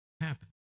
happen